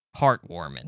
heartwarming